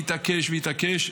והתעקש והתעקש,